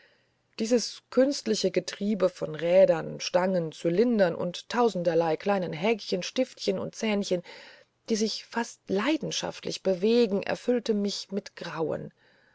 dieses künstliche getriebe von rädern stangen zylindern und tausenderlei kleinen häkchen stiftchen und zähnchen die sich fast leidenschaftlich bewegen erfüllte mich mit grauen